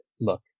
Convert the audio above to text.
look